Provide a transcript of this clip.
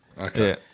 Okay